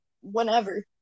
whenever